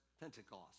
Pentecost